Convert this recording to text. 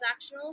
transactional